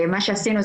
מה שעשינו,